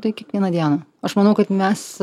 tai kiekvieną dieną aš manau kad mes